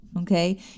okay